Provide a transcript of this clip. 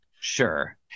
Sure